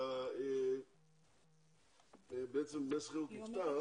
דמי שכירות נפתר,